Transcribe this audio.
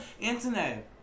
internet